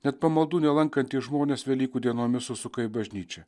net pamaldų nelankantys žmonės velykų dienomis užsuka į bažnyčią